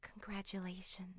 Congratulations